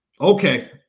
okay